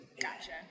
Gotcha